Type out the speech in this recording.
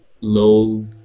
low